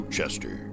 Chester